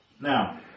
Now